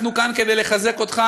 אנחנו כאן כדי לחזק אותך,